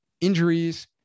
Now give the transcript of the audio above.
injuries